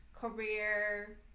career